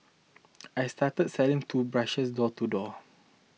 I started selling toothbrushes door to door